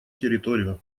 территорию